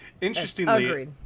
Interestingly